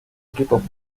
equipo